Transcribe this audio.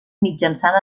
mitjançant